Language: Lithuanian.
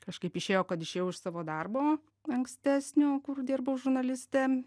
kažkaip išėjo kad išėjau iš savo darbo ankstesnio kur dirbau žurnaliste